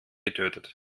getötet